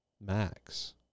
Max